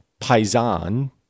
paisan